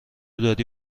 داری